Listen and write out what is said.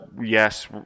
yes